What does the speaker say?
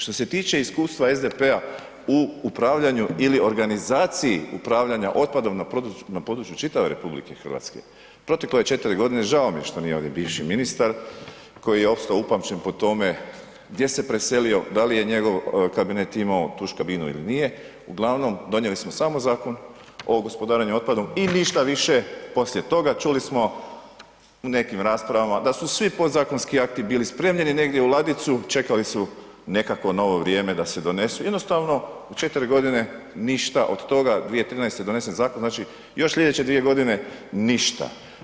Što se tiče iskustva SDP-a u upravljanju ili organizaciji upravljanja otpadom na području čitave RH, proteklo je 4 g., žao mi je što nije ovdje bivši ministar koji je ostao upamćen po tome gdje se preselio, da li je njegov kabinet imao tuš kabinu ili nije, uglavnom donijeli smo samo Zakon o gospodarenju otpadom i ništa više poslije toga, čuli smo u nekim raspravama da su svi podzakonski akti bili spremljeni negdje u ladicu, čekali su nekakvo novo vrijeme da se donesu, jednostavno u 4 g. ništa od toga, 2013. je donesen zakon, znači još slijedeće 2 g. ništa.